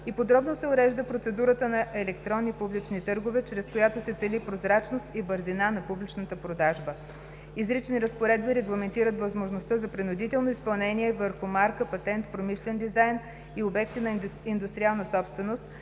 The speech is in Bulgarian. и подробно се урежда процедурата на електронни публични търгове, чрез която се цели прозрачност и бързина на публичната продажба. Изрични разпоредби регламентират възможността за принудително изпълнение върху марка, патент, промишлен дизайн и обекти на индустриална собственост,